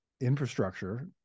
infrastructure